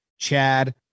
chad